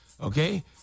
Okay